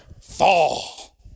fall